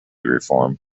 reform